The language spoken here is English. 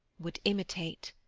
would imitate,